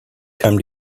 come